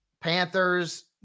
Panthers